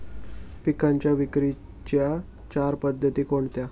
पिकांच्या विक्रीच्या चार पद्धती कोणत्या?